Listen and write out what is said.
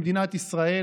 במדינת ישראל,